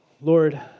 Lord